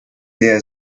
der